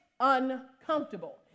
uncomfortable